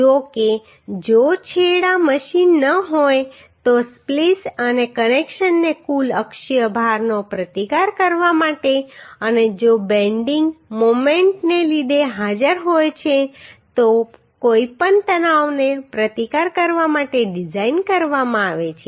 જો કે જો છેડા મશિન ન હોય તો સ્પ્લીસ અને કનેક્શનને કુલ અક્ષીય ભારનો પ્રતિકાર કરવા માટે અને જો બેન્ડિંગ મોમેન્ટને લીધે હાજર હોય તો કોઈપણ તણાવનો પ્રતિકાર કરવા માટે ડિઝાઇન કરવામાં આવે છે